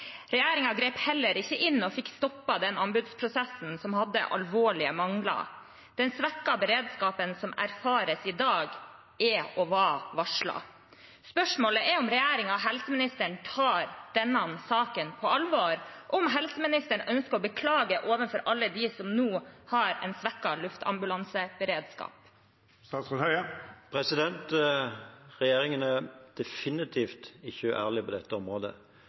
grep heller ikke inn og fikk stoppet den anbudsprosessen som hadde alvorlige mangler. Den svekkede beredskapen som erfares i dag, er og var varslet. Spørsmålet er om regjeringen og helseministeren tar denne saken på alvor, og om helseministeren ønsker å beklage overfor alle dem som nå har en svekket luftambulanseberedskap. Regjeringen er definitivt ikke uærlig på dette området.